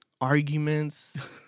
arguments